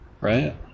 right